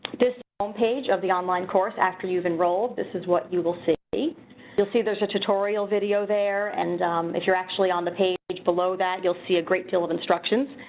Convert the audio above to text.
homepage of the online course after you've enrolled, this is what you will see. you'll see there's a tutorial video there, and if you're actually on the page below that you'll see a great deal of instructions.